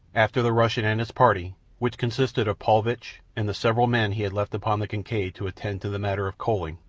after the russian and his party, which consisted of paulvitch and the several men he had left upon the kincaid to attend to the matter of coaling,